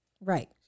Right